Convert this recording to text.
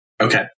Okay